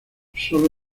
sólo